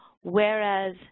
whereas